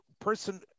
person